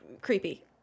creepy